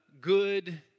good